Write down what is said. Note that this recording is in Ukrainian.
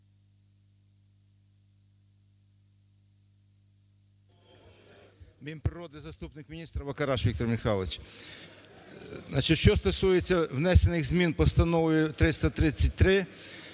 Мінприроди, заступник міністра, Вакараш Віктор Михайлович. Значить, що стосується внесених змін Постановою 333.